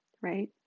right